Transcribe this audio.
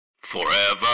FOREVER